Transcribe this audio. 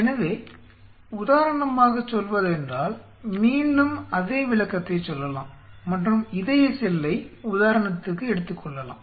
எனவே உதாரணமாகச் சொல்வதென்றால் மீண்டும் அதே விளக்கத்தை சொல்லலாம் மற்றும் இதய செல்லை உதாரணத்தை எடுத்துக் கொள்ளலாம்